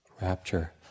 rapture